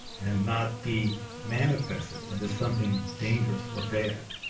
and not be manifested into something dangerous or bad.